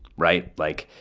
right? like,